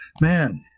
man